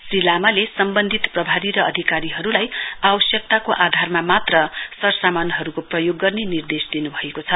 श्री लामाले सम्वन्धित प्रभारी र अधिकारीहरुलाई आवश्यक्ताको आधारमा मात्र सरसामानहरुको प्रयोग गर्ने निर्देश दिनुभएको छ